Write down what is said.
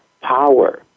power